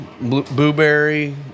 blueberry